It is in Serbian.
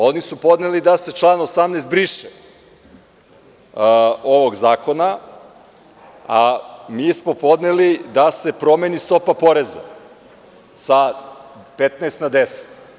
Oni su podneli da se član 18. ovog zakona briše, a mi smo podneli da se promeni stopa poreza sa 15 na 10.